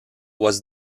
was